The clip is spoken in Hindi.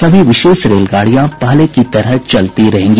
सभी विशेष रेलगाड़ियां पहले की तरह चलती रहेंगी